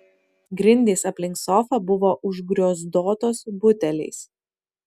grindys aplink sofą buvo užgriozdotos buteliais